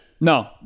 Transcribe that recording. No